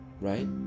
Right